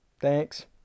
Thanks